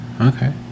Okay